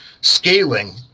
Scaling